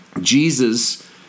Jesus